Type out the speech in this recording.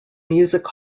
music